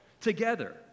together